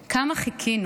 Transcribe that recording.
כמה חיכינו.